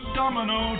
domino